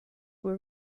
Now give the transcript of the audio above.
were